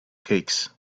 cakes